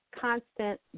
constant